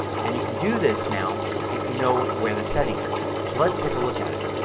and you can do this now if you know where the setting is. so let's take a look at it.